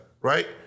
right